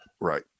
Right